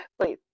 Please